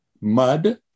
mud